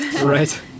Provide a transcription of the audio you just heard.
right